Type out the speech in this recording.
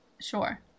Sure